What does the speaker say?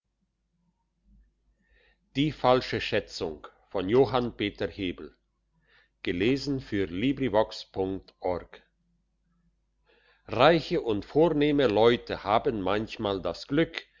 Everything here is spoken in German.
die falsche schätzung reiche und vornehme leute haben manchmal das glück